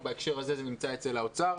ובהקשר הזה זה נמצא אצל האוצר.